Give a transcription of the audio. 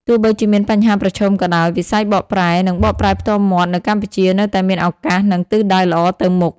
ទោះបីជាមានបញ្ហាប្រឈមក៏ដោយ វិស័យបកប្រែ និងបកប្រែផ្ទាល់មាត់នៅកម្ពុជានៅតែមានឱកាស និងទិសដៅល្អទៅមុខ។